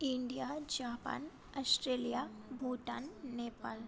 India Japan Australia Bhutan Nepal